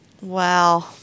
Wow